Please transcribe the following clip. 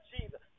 Jesus